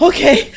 Okay